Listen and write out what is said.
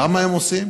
למה הם עושים?